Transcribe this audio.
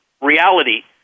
reality